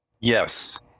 Yes